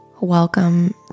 Welcome